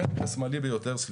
החלק השמאלי ביותר זה